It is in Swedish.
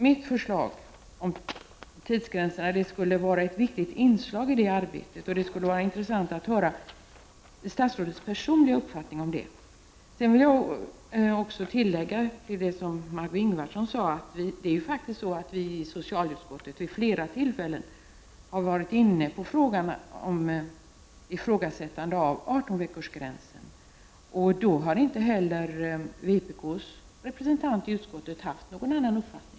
Mitt förslag om tidsgränser skulle vara ett viktigt inslag i det arbetet, och det skulle vara intressant att höra statsrådets personliga uppfattning om det. Jag vill också tillägga, till det som Margö Ingvardsson sade, att vi i socialutskottet vid flera tillfällen har varit inne på frågan om ifrågasättande av 18 veckorsgränsen, och då har inte heller vpk:s representant i utskottet haft någon annan uppfattning.